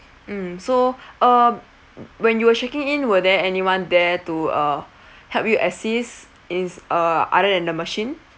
mm so uh when you were checking in were there anyone there to uh help you assist is uh other than the machine